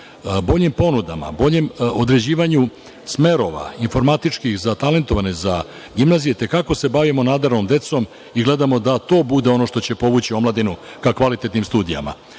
Boljim ponudama, boljem određivanju smerova informatičkih, za talentovane, za gimnazije i te kako se bavimo nadarenom decom i gledamo da to bude ono što će povući omladinu ka kvalitetnim studijama. Dobro